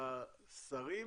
השרים